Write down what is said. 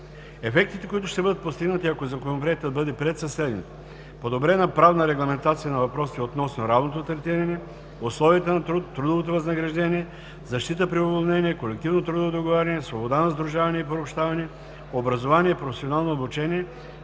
Ефектите, които ще бъдат постигнати, ако Законопроектът бъде приет, са следните: - подобрена правна регламентация на въпросите относно равното третиране, условията на труд, трудово възнаграждение, защита при уволнение, колективно трудово договаряне, свобода на сдружаване и приобщаване, образование и професионално обучение,